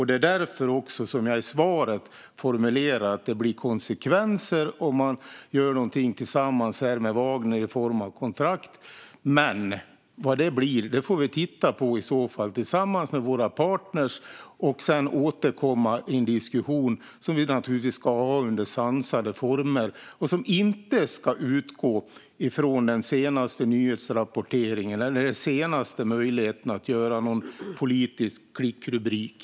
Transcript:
Det är därför jag i svaret formulerade att det blir konsekvenser om vi gör något tillsammans med Wagnergruppen i form av kontrakt. Vad det blir får vi titta på tillsammans med våra partner och sedan återkomma i en diskussion, som vi naturligtvis ska ha under sansade former. Den diskussionen ska inte utgå från den senaste nyhetsrapporteringen eller den senaste möjligheten att skapa en politisk klickrubrik.